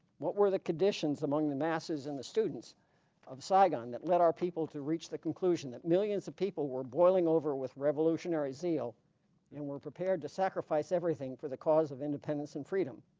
what were the conditions among the masses and the students of saigon that led our people to reach the conclusion that millions of people were boiling over with revolutionary zeal and were prepared to sacrifice everything for the cause of independence and freedom.